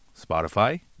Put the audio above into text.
Spotify